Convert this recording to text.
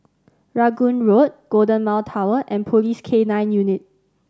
Rangoon Road Golden Mile Tower and Police K Nine Unit